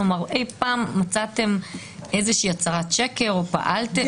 כלומר אי פעם מצאתם הצהרת שקר או פעלתם?